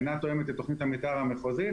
אינה תואמת את תוכנית המתאר המחוזית